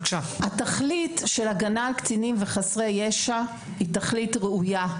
התכלית של הגנה על קטינים וחסרי ישע היא תכלית ראויה,